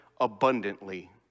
abundantly